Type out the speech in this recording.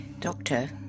Doctor